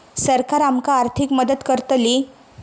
सरकार आमका आर्थिक मदत करतली?